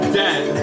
dead